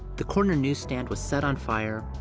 the corner newsstand was set on fire,